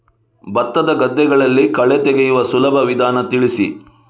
ಭತ್ತದ ಗದ್ದೆಗಳಲ್ಲಿ ಕಳೆ ತೆಗೆಯುವ ಸುಲಭ ವಿಧಾನ ತಿಳಿಸಿ?